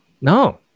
no